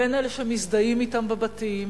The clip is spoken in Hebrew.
אם אלה שמזדהים אתם בבתים,